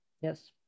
Yes